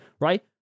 right